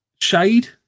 shade